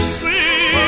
see